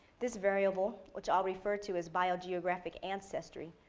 this variable, which i'll refer to as biographic ancestry,